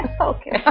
Okay